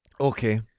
Okay